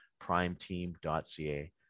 primeteam.ca